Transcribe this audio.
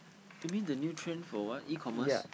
you mean the nutrient for what E-commerce